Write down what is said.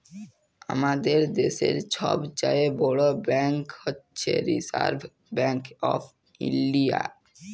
আমাদের দ্যাশের ছব চাঁয়ে বড় ব্যাংক হছে রিসার্ভ ব্যাংক অফ ইলডিয়া